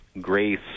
grace